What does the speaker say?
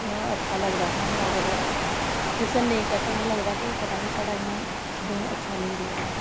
इ'यां अच्छा लगदा साह्नू अगर अस जिस दिन नेईं करचै ते इ'यां लगदा कि पता निं साढ़ा इ'यां कुश दिन अच्छा निं गेआ ऐ